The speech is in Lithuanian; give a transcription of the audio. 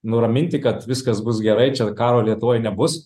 nuraminti kad viskas bus gerai čia karo lietuvoj nebus